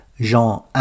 Jean